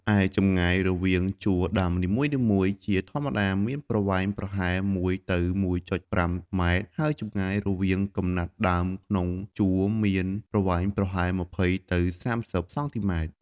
ឯចម្ងាយរវាងជួរដាំនីមួយៗ ជាធម្មតាមានប្រវែងប្រហែល ១ ទៅ ១.៥ ម៉ែត្រ ហើយចម្ងាយរវាងកំណាត់ដើមក្នុងជួរមានប្រវែងប្រហែល ២០ ទៅ ៣០ សង់ទីម៉ែត្រ។